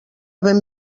ben